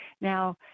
Now